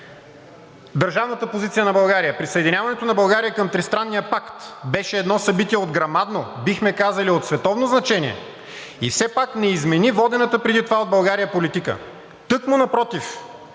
Държавната позиция на България: „Присъединяването на България към Тристранния пакт беше едно събитие от грамадно, бихме казали – от световно значение, и все пак не измени водената преди това от България политика. Тъкмо напротив,